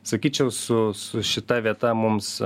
sakyčiau su su šita vieta mums